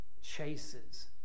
chases